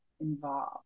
involved